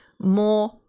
more